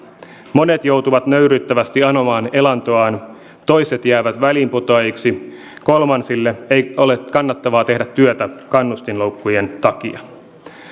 monet joutuvat nöyryyttävästi anomaan elantoaan toiset jäävät väliinputoajiksi kolmansille ei ole kannattavaa tehdä työtä kannustinloukkujen takia